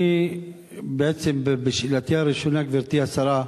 אני בעצם בשאלתי הראשונה, גברתי השרה,